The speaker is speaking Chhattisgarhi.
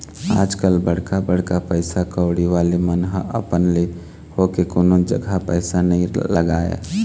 आजकल बड़का बड़का पइसा कउड़ी वाले मन ह अपन ले होके कोनो जघा पइसा नइ लगाय